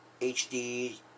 HD